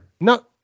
No